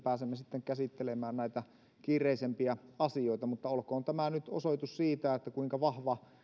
pääsemme sitten käsittelemään näitä kiireisempiä asioita mutta olkoon tämä nyt osoitus siitä kuinka vahva